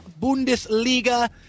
Bundesliga